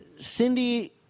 Cindy